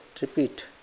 repeat